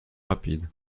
rapide